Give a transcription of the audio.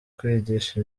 kwigisha